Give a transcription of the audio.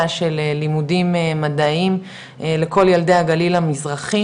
של לימודים מדעיים לכל ילדי הגליל המזרחי,